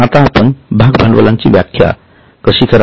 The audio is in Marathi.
आता आपण भाग भांडवलाची व्याख्या कशी कराल